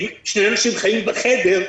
אם שני אנשים חיים בחדר,